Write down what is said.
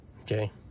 okay